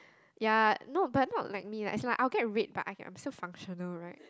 ya no but not like me like as in like I'll get red but I can I'm still functional right